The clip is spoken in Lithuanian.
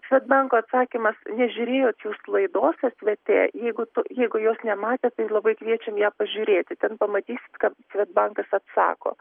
svedbanko banko atsakymas nežiurėjot jūs laidos svt jeigu tu jeigu jos nematėt tai labai kviečiam ją pažiūrėti ten pamatysit kad svedbankas atsako